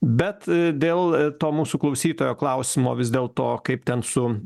bet dėl to mūsų klausytojo klausimo vis dėlto kaip ten su